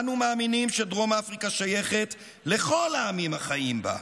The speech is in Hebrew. אנו מאמינים שדרום אפריקה שייכת לכל העמים החיים בה,